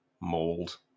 mold